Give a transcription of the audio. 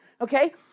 okay